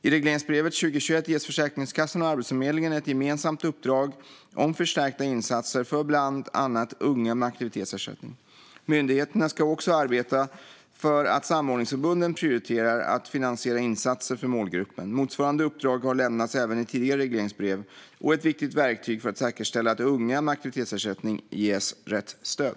I regleringsbrevet för 2021 ges Försäkringskassan och Arbetsförmedlingen ett gemensamt uppdrag om förstärkta insatser för bland annat unga med aktivitetsersättning. Myndigheterna ska också arbeta för att samordningsförbunden ska prioritera att finansiera insatser för målgruppen. Motsvarande uppdrag har lämnats även i tidigare regleringsbrev och är ett viktigt verktyg för att säkerställa att unga med aktivitetsersättning ges rätt stöd.